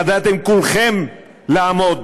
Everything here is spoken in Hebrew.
ידעתם כולכם לעמוד